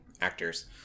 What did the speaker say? actors